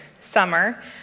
summer